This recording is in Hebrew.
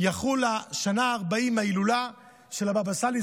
תחול השנה ה-40 להילולה של הבבא סאלי,